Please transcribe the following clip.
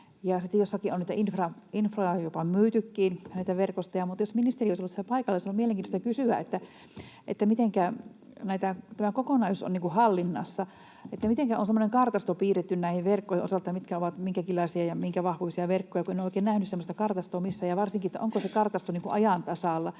myytykin, näitä verkostoja. Mutta jos ministeri olisi ollut paikalla, olisi ollut mielenkiintoista kysyä: mitenkä tämä kokonaisuus on niin kuin hallinnassa, mitenkä on semmoinen kartasto piirretty näiden verkkojen osalta, mitkä ovat minkäkinlaisia ja minkä vahvuisia verkkoja, kun en ole oikein nähnyt semmoista kartastoa missään, ja varsinkin, onko se kartasto ajan tasalla?